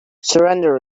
surrender